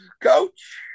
coach